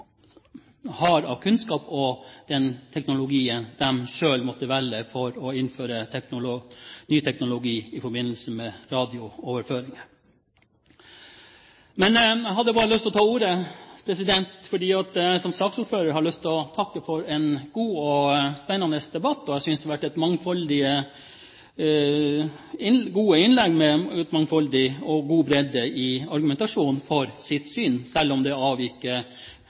har av kunnskap i forhold til den teknologien de selv måtte velge for å innføre ny teknologi i forbindelse med radiooverføringer. Jeg hadde lyst til å ta ordet fordi jeg som saksordfører har lyst til å takke for en god og spennende debatt. Jeg synes at det har vært holdt mange gode innlegg med mangfoldig og god bredde i argumentasjonen,